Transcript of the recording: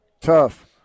tough